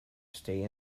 state